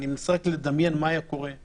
אני מנסה רק לדמיין מה היה קורה אם